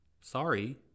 Sorry